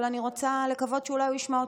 אבל אני רוצה לקוות שאולי הוא ישמע אותי.